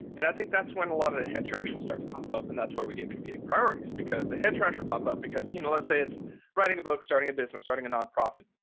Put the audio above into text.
and i think that's when a lot of the head trash will start to pop up. and that's where we get competing priorities because the head trash will pop up because you know let's say it's writing a book, starting a business, starting a nonprofit,